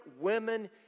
women